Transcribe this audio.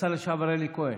השר לשעבר אלי כהן,